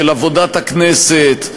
של עבודת הכנסת,